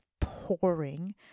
pouring